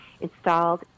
installed